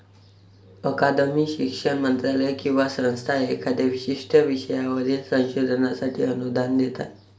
अकादमी, शिक्षण मंत्रालय किंवा संस्था एखाद्या विशिष्ट विषयावरील संशोधनासाठी अनुदान देतात